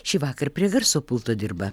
šįvakar prie garso pulto dirba